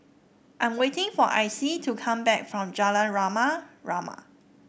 I am waiting for Icy to come back from Jalan Rama Rama